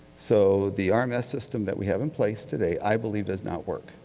so the um rms system that we have in place today, i believe, does not work,